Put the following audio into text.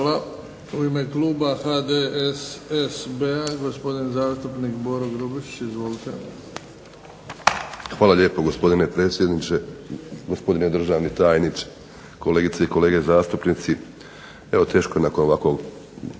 Hvala. U ime kluba HDSSB-a, gospodin zastupnik Boro Grubišić. Izvolite. **Grubišić, Boro (HDSSB)** Hvala lijepo gospodine predsjedniče, gospodine državni tajniče, kolegice i kolege zastupnici. Evo, teško je nakon ovako